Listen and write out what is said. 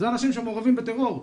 זה אנשים שהם מעורבים בטרור,